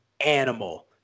animal